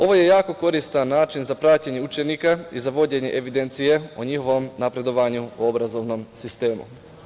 Ovo je jako koristan način za praćenje učenika i za vođenje evidencije o njihovom napredovanju u obrazovnom sistemu.